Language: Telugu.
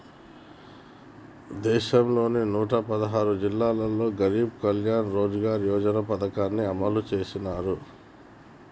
దేశంలోని నూట పదహారు జిల్లాల్లో గరీబ్ కళ్యాణ్ రోజ్గార్ యోజన పథకాన్ని అమలు చేసినారు